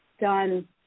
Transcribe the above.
done